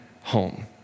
home